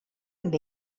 amb